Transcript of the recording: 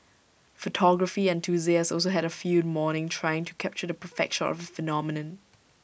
photography enthusiasts also had A field morning trying to capture the perfect shot of phenomenon